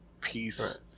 peace